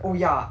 oh ya